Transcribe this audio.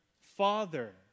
Father